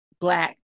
black